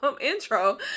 intro